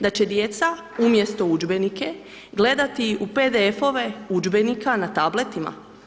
Da će djeca umjesto udžbenike gledati u PDF-ove udžbenike na tabletima?